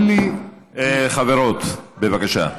אין לי, חברות, בבקשה.